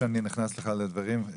שאני נכנס לך לדברים,